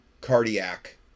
cardiac